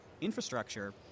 infrastructure